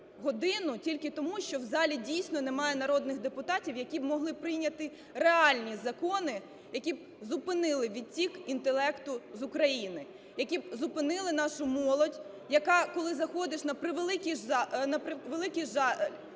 тільки тому, що в залі дійсно немає народних депутатів, які б могли прийняти реальні закони, які б зупинили відтік інтелекту з України, які б зупинили нашу молодь, яка, коли заходиш, на превеликий жаль,